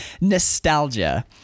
nostalgia